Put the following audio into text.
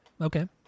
Okay